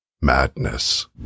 madness